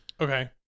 Okay